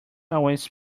always